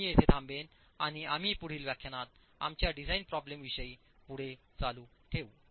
मी येथे थांबेन आणि आम्ही पुढील व्याख्यानात आमच्या डिझाइन प्रॉब्लेम विषयी पुढे चालू ठेवू